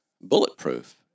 bulletproof